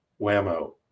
whammo